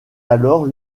alors